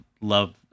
love